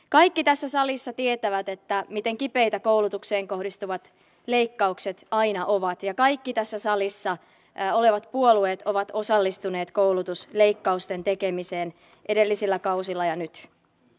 kaikki tässä salissa tietävät miten kipeitä koulutukseen kohdistuvat leikkaukset aina ovat ja kaikki tässä salissa olevat puolueet ovat osallistuneet koulutusleikkausten tekemiseen edellisillä kausilla ja nyt